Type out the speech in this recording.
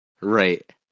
Right